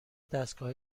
دستگاه